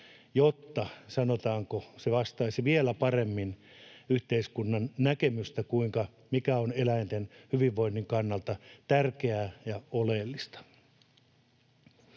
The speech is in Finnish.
jotta, sanotaanko, se vastaisi vielä paremmin yhteiskunnan näkemystä, mikä on eläinten hyvinvoinnin kannalta tärkeää ja oleellista.